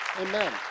Amen